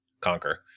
conquer